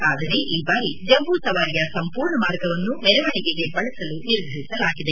ಆದರೆ ಈ ಬಾರಿ ಜಂಬೂ ಸವಾರಿಯ ಸಂಪೂರ್ಣ ಮಾರ್ಗವನ್ನು ಮೆರವಣಿಗೆಗೆ ಬಳಸಲು ನಿರ್ಧರಿಸಲಾಗಿದೆ